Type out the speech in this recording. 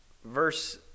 verse